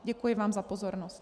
Děkuji vám za pozornost.